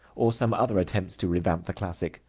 or some other attempts to revamp the classic,